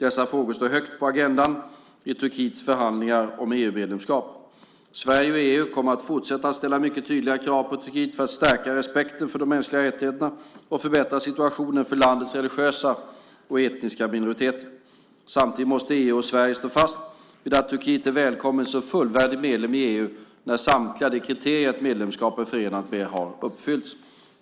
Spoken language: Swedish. Dessa frågor står högt på agendan i Turkiets förhandlingar om EU-medlemskap. Sverige och EU kommer fortsatt att ställa mycket tydliga krav på Turkiet för att stärka respekten för de mänskliga rättigheterna och förbättra situationen för landets religiösa och etniska minoriteter. Samtidigt måste EU och Sverige stå fast vid att Turkiet är välkommet som fullvärdig medlem i EU när samtliga de kriterier ett medlemskap är förenat med har uppfyllts.